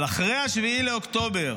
אבל אחרי 7 באוקטובר,